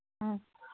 ꯎꯝ